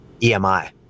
EMI